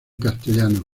castellano